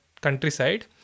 countryside